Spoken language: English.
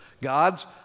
God's